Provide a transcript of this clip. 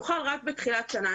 נוכל רק בתחילת שנה.